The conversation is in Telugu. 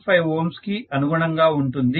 5 Ω కి అనుగుణంగా ఉంటుంది